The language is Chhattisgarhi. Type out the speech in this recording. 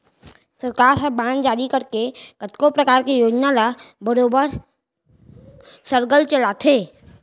सरकार ह बांड जारी करके कतको परकार के योजना ल बरोबर सरलग चलाथे